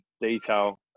detail